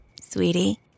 Sweetie